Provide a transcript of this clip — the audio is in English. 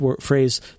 phrase